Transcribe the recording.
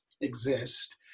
exist